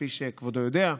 וכפי שכבודו יודע,